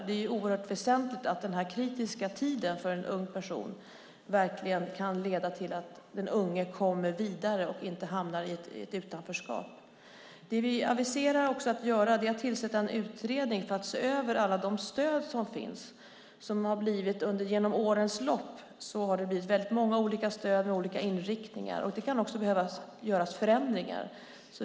Det är oerhört väsentligt att den här kritiska tiden för en ung person verkligen kan leda till att den unge kommer vidare och inte hamnar i ett utanförskap. Det vi också aviserar att göra är att tillsätta en utredning för att se över alla de stöd som finns. Under årens lopp har det blivit många olika stöd med olika inriktningar. Det kan också behöva göras förändringar.